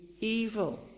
evil